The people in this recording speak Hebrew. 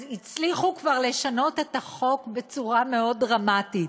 הצליחו כבר לשנות את החוק בצורה מאוד דרמטית,